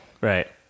right